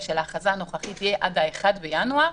של ההכרזה הנוכחית יהיה עד 1 בינואר.